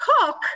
cook